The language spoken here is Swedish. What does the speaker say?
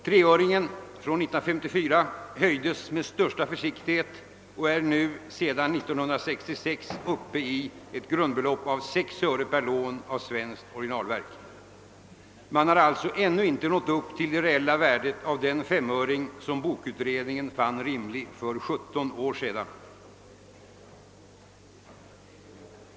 Treöringen från år 1954 höjdes med största försiktighet och är nu sedan 1966 uppe i ett grundbelopp av 6 öre per lån av svenskt originalverk. Man har alltså ännu inte nått upp till det reella värdet av den femöring som bokutredningen fann rimlig för 17 år sedan.